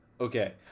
okay